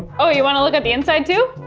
oh, you want to look at the inside, too?